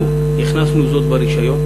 אנחנו הכנסנו זאת ברישיון.